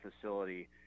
facility